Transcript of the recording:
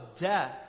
death